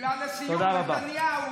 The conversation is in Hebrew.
ומילה לסיום: נתניהו.